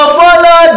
follow